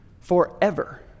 Forever